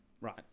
right